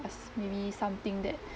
cause maybe something that